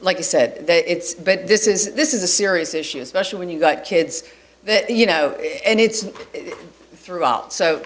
like i said it's but this is this is a serious issue especially when you've got kids that you know and it's an throughout so